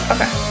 Okay